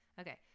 Okay